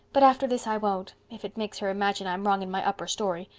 but after this i won't, if it makes her imagine i'm wrong in my upper story.